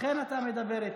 לכן אתה מדבר איתם.